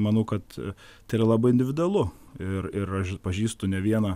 manau kad tai yra labai individualu ir ir aš pažįstu ne vieną